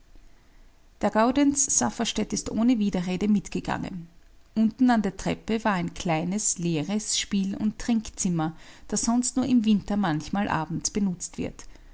der gaudenz safferstätt ist ohne widerrede mitgegangen unten an der treppe war ein kleines leeres spiel und trinkzimmer das sonst nur im winter manchmal abends benutzt wird